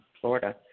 Florida